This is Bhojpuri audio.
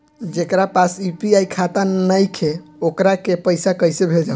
जेकरा पास यू.पी.आई खाता नाईखे वोकरा के पईसा कईसे भेजब?